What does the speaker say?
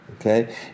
Okay